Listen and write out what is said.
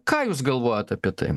ką jūs galvojot apie tai